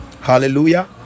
Hallelujah